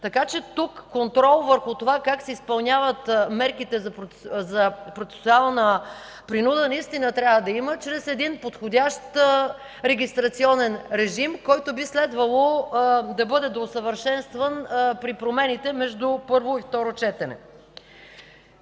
момент. Тук контрол върху това – как се изпълняват мерките за процесуална принуда, трябва да има чрез подходящ регистрационен режим, който би следвало да бъде до усъвършенстван при промените между първо и второ четене.